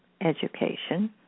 education